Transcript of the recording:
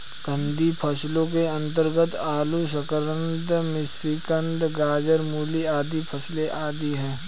कंदीय फसलों के अंतर्गत आलू, शकरकंद, मिश्रीकंद, गाजर, मूली आदि फसलें आती हैं